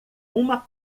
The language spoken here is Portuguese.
uma